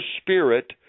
spirit